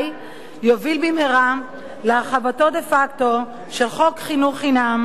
יוביל במהרה להרחבתו דה-פקטו של חוק חינוך חינם מגיל